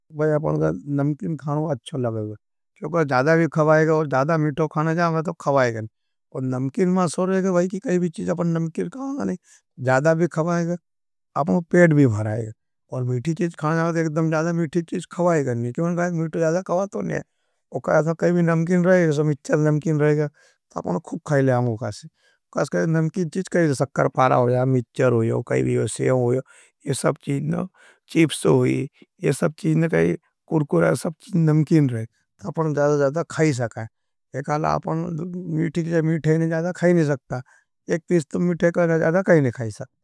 भाई आपण को अपनका नमकिन खानों अच्छो लगेगा। क्योंकि ज़्यादा भी ख़वाएगा और ज़्यादा मिठो खाने जाएगा तो ख़वाएगा। नमकिन मां सो रहेगा कि कैवी चीज अपना नमकिन ख़वाएगा नहीं। ज़्यादा भी ख़वाएगा अपना पेड़ भी ख़वाएगा और मिठी चीज खाने जाएगा तो ज़्यादा मिठी चीज ख़वाएगा नहीं। क्योंकि मिठो ज़्यादा ख़वातो नहीं है।